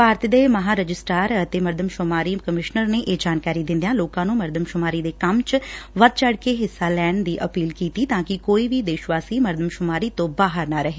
ਭਾਰਤ ਦੇ ਮਹਾ ਰਜਿਸਟਾਰ ਅਤੇ ਮਰਦਮਸੁਮਾਰੀ ਕਮਿਸ਼ਨਰ ਨੇ ਇਹ ਜਾਣਕਾਰੀ ਦਿੰਦਿਆਂ ਲੋਕਾਂ ਨੁੰ ਮਰਦਮਸੁਮਾਰੀ ਦੇ ਕੰਮ ਚ ਵੱਧ ਚੜ ਕੇ ਹਿੱਸਾ ਲੈਣ ਦੀ ਅਪੀਲ ਕੀਤੀ ਐ ਤਾਂ ਕਿ ਕੋਈ ਵੀ ਦੇਸ਼ ਵਾਸੀ ਮਰਦਮਸੁਮਾਰੀ ਤੋਂ ਬਾਹਰ ਨਾ ਰਹੇ